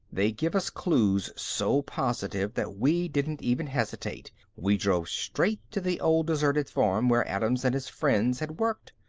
they gave us clues so positive that we didn't even hesitate we drove straight to the old deserted farm where adams and his friends had worked.